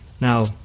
Now